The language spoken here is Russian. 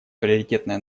приоритетное